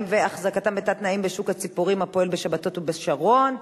והחזקתם בתת-תנאים ב"שוק הציפורים" הפועל בשבתות בשרון,